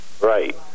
Right